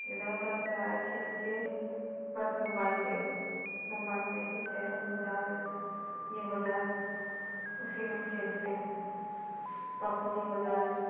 इधर उधर से आए खेलकर बस मोबाईल दे दो मोबाईल में ही केरम हो जाए यह हो जाए उसी में खेलते हैं पबजी हो जाए